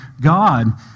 God